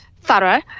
thorough